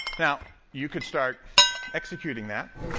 now, you could start executing that,